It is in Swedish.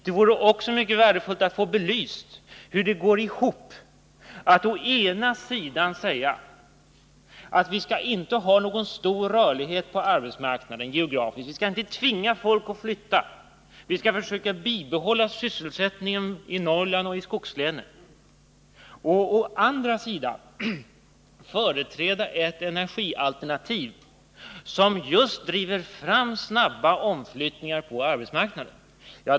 Det vore också mycket värdefullt att få belyst hur det går ihop att å ena sidan säga att vi skall inte ha någon geografisk rörlighet på arbetsmarknaden, vi skall inte tvinga folk att flytta, vi skall försöka bibehålla sysselsättningen i Norrland och i skogslänen, och å andra sidan företräda ett energialternativ som just driver fram snabba omflyttningar på arbetsmarknaden.